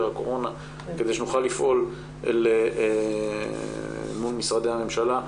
הקורונה כדי שנוכל לפעול מול משרדי הממשלה.